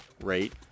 rate